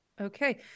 Okay